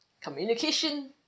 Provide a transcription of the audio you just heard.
communication